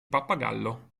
pappagallo